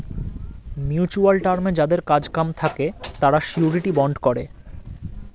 mutual টার্মে যাদের কাজ কাম থাকে তারা শিউরিটি বন্ড করে